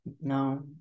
No